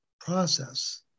process